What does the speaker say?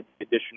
additional